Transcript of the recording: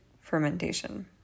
fermentation